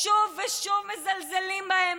שוב ושוב מזלזלים בהם,